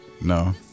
no